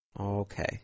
Okay